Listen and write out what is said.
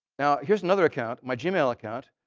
now, here's another account, my gmail account.